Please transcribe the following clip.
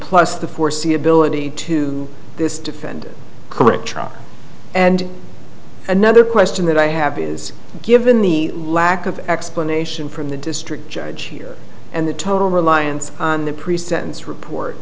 plus the foreseeability to this defendant current trial and another question that i have is given the lack of explanation from the district judge here and the total reliance on the pre sentence report